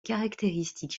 caractéristiques